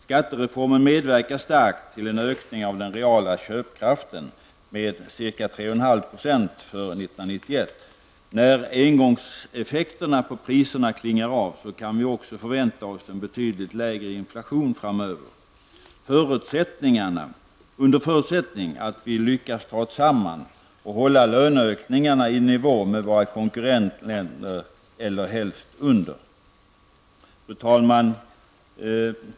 Skattereformen medverkar starkt till en ökning av den reala köpkraften med ca 3,5 % före 1991. När engångseffekterna på priserna klingar av, kan vi också förvänta oss en betydligt lägre inflation framöver, under förutsättning att vi lyckas ta oss samman och hålla löneökningarna i nivå med våra konkurrentländers eller helst under. Fru talman!